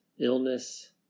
illness